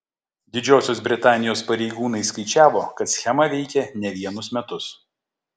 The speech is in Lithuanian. didžiosios britanijos pareigūnai skaičiavo kad schema veikė ne vienus metus